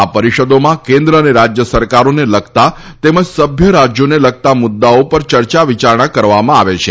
આ પરિષદોમાં કેન્દ્ર અને રાજ્ય સરકારોને લગતા તેમજ સભ્ય રાજ્યોને લગતા મુદ્દાઓ ઉપર ચર્ચા વિચારણા કરવામાં આવે છે